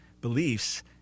beliefs